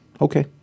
Okay